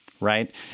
right